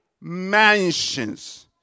mansions